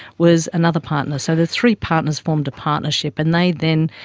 was another partner. so the three partners formed a partnership and they then,